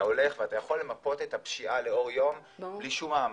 אתה הולך ואתה יכול למפות את הפשיעה לאור יום בלי שום מאמץ.